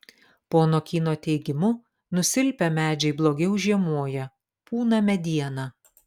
pono kyno teigimu nusilpę medžiai blogiau žiemoja pūna mediena